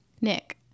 Nick